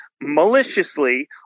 maliciously